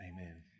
amen